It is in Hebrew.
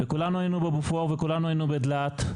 וכולנו היינו בבופור וכולנו היינו בדלעת,